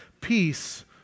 peace